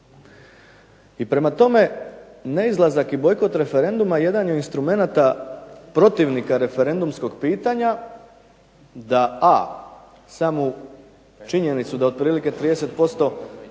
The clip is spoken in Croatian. I prema tome neizlazak i bojkot referenduma jedan je od instrumenata protivnika referendumskog pitanja da a) samu činjenicu da otprilike 30%